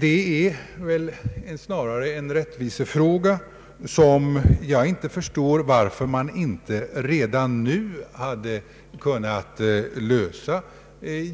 Detta är väl snarare en rättvisefråga, och jag förstår inte varför man inte redan nu hade kunnat lösa